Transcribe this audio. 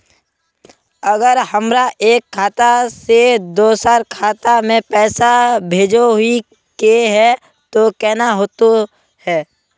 अगर हमरा एक खाता से दोसर खाता में पैसा भेजोहो के है तो केना होते है?